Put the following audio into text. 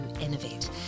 innovate